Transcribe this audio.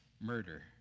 murder